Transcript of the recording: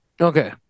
Okay